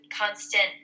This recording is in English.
constant